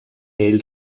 ell